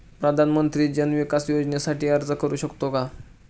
मी प्रधानमंत्री जन विकास योजनेसाठी अर्ज करू शकतो का?